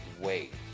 wait